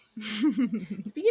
Speaking